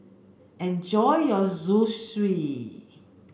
enjoy your Zosui